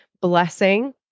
blessing